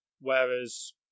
whereas